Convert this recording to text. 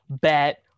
bet